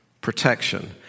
protection